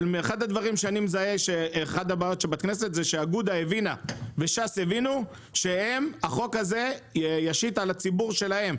היא שאגודה וש"ס הבינו שהחוק הזה ישית על הציבור שלהן,